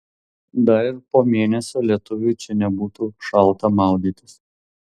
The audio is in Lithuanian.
dar ir po mėnesio lietuviui čia nebūtų šalta maudytis